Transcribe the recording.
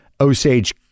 Osage